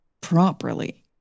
properly